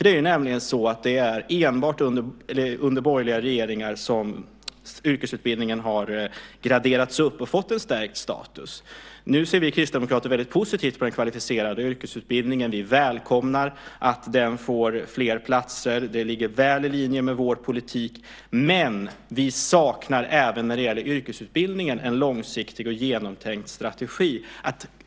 Det är nämligen enbart under borgerliga regeringar som yrkesutbildningen har graderats upp och fått en stärkt status. Nu ser vi kristdemokrater väldigt positivt på den kvalificerade yrkesutbildningen. Vi välkomnar att den får fler platser. Det ligger väl i linje med vår politik, men vi saknar även när det gäller yrkesutbildningen en långsiktig och genomtänkt strategi.